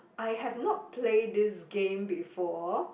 I have not play this game before